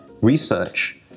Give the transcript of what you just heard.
research